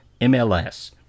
mls